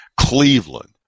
Cleveland